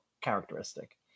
characteristic